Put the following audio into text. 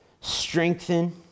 strengthen